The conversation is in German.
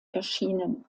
erschienen